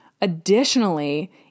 Additionally